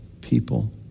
people